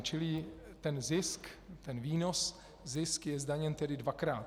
Čili ten zisk, ten výnos, zisk je zdaněn tedy dvakrát.